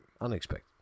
Unexpected